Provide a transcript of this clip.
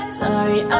sorry